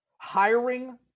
hiring